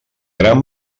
gran